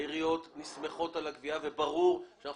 העיריות נסמכות על הגבייה וברור שאנחנו